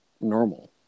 normal